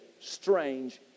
strange